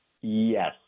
Yes